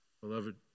Beloved